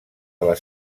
les